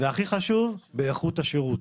והכי חשוב: באיכות השירות.